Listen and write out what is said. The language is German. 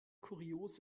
kurios